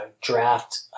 draft